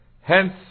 Hence